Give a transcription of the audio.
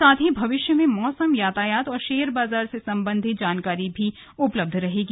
साथ ही भविष्य में मौसम यातायात और शेयर बजार से संबंधित जानकारी भी उपलब्ध रहेंगी